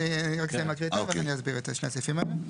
אני רק אסיים להקריא את (ה) ואני אסביר את שני הסעיפים האלה.